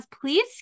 please